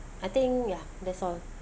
I think ya that's all